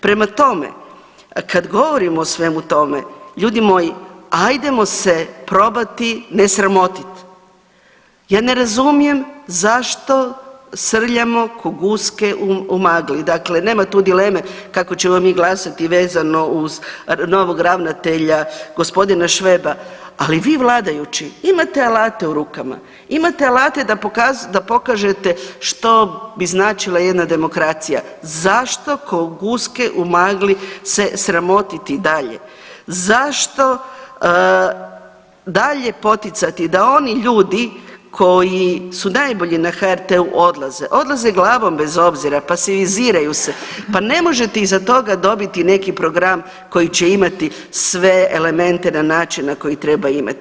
Prema tome, kad govorimo o svemu tome, ljudi moji, ajdemo se probati ne sramotit, ja ne razumijem zašto srljamo ko guske u magli, dakle nema tu dileme, kako ćemo mi glasati vezano uz novog ravnatelja, gospodina Šveba, ali vi vladajući imate alate u rukama, imate alate da pokažete što bi značila jedna demokracija, zašto ko guske u magli se sramotiti dalje, zašto dalje poticati da oni ljudi koji su najbolji na HRT-u odlaze, odlaze glavom bez obzira, pasiviziraju se, pa ne možete iza toga dobiti neki program koji će imati sve elemente na način na koji treba imati.